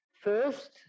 First